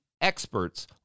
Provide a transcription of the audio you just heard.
experts